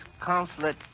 Consulate